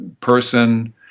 person